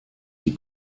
die